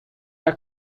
are